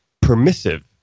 permissive